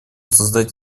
создать